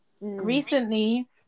recently